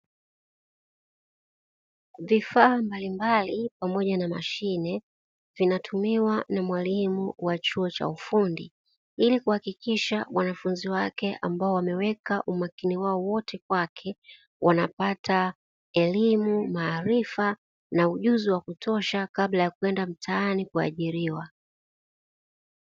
Vifaa mbalimbali pamoja na mashine vinatumiwa na mwalimu wa chuo cha ufundi ili kuhakikisha wanafunzi wake ambao wameweka umakini wao wote kwake, wanapata elimu, maarifa na ujuzi wa kutosha kabla ya kwenda mtaani kuajiriwa.